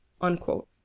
unquote